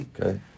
okay